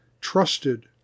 trusted